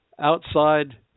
Outside